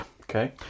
Okay